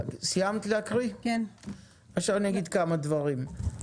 אגיד כמה דברים.